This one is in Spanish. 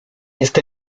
esta